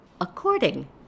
according